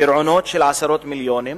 גירעונות של עשרות מיליונים,